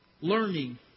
Learning